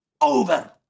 over